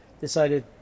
decided